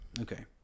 Okay